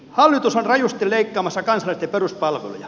hallitus on rajusti leikkaamassa kansalaisten peruspalveluja